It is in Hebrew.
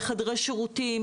בחדרי שירותים,